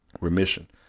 remission